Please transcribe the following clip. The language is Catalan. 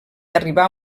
arribà